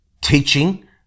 teaching